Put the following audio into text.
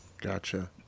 gotcha